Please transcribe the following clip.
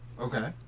Okay